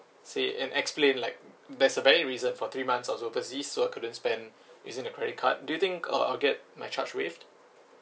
say and explain like there's a valid reason for three months I was overseas so I couldn't spend using the credit card do you think uh I'll get my charge waived